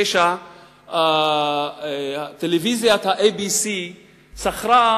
רשת הטלוויזיה ABC שכרה